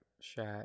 shot